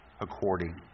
according